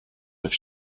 have